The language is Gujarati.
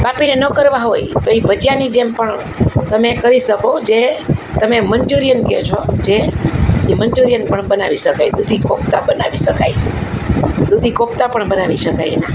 બાફીને ન કરવા હોય તો એ ભજીયાની જેમ પણ તમે કરી શકો જે તમે મન્ચુરિયન કહો છો જે એ મન્ચુરિયન પણ બનાવી શકાય દૂધી કોફ્તા બનાવી શકાય દૂધી કોફ્તા પણ બનાવી શકાય